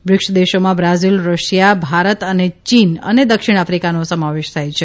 BRICS દેશોમાં Brazil Russia Bharat ચીન અને દક્ષિણ આફિકાનો સમાવેશ થાય છે